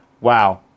Wow